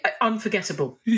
unforgettable